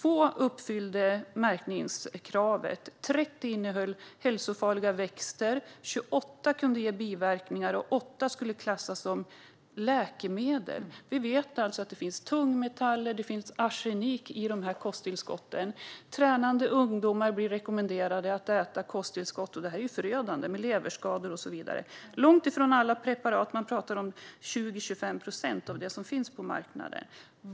Av dessa uppfyllde 2 märkningskravet, 30 innehöll hälsofarliga växter, 28 kunde ge biverkningar och 8 borde klassas som läkemedel. Det finns tungmetaller och arsenik i dessa kosttillskott. Tränande ungdomar blir rekommenderade att använda kosttillskott, och det är förödande med bland annat leverskador som följd. Det gäller 20-25 procent av de preparat som finns på marknaden.